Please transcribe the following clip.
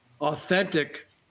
authentic